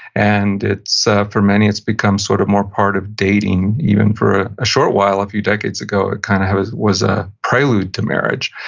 and so for many it's become sort of more part of dating even for a short while. a few decades ago it kind of was was a prelude to marriage,